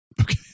Okay